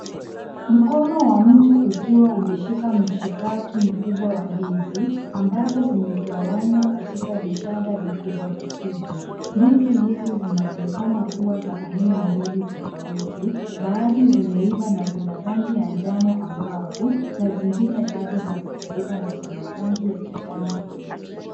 Mkono wa mtu ukiwa umeshika mshikaki mkubwa wa ndizi ambazo zimegawanya katika vishada vikubwa vikubwa. Ndizi hizo zinaonekana kuwa za aina mbili tofauti, baadhi zimeiva na zina rangi ya njano ang'avu na zingine bado hazijaiva na zina rangi ya kijani kibichi.